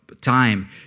time